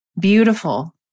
beautiful